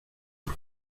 los